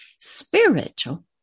spiritual